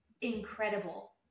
incredible